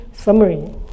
Summary